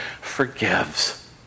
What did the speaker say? forgives